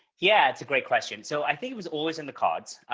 yeah, it's a great question. so i think it was always in the cards.